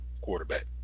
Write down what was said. quarterback